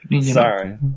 Sorry